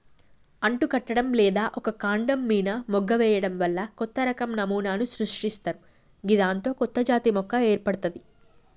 అంటుకట్టడం లేదా ఒక కాండం మీన మొగ్గ వేయడం వల్ల కొత్తరకం నమూనాను సృష్టిస్తరు గిదాంతో కొత్తజాతి మొక్క ఏర్పడ్తది